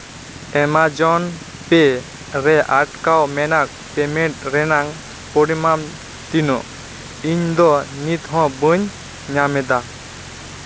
Amazon pay ᱨᱮ ᱟᱴᱠᱟᱣ ᱢᱮᱱᱟᱜ ᱯᱮᱢᱮᱱᱴ ᱨᱮᱱᱟᱝ ᱯᱚᱨᱤᱢᱟᱱ ᱛᱤᱱᱟᱹᱜ ᱤᱧ ᱫᱚ ᱱᱤᱛ ᱦᱚᱸ ᱵᱟᱹᱧ ᱧᱟᱢᱮᱫᱟ